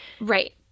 Right